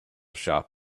shop